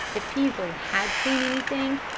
if peaslee had seen anything,